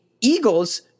eagles